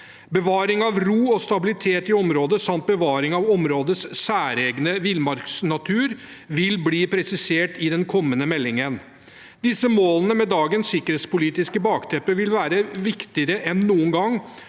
Bevaring av ro og stabilitet i området samt bevaring av områdets særegne villmarksnatur vil bli presisert i den kommende meldingen. Disse målene med dagens sikkerhetspolitiske bakteppe vil være viktigere enn noen gang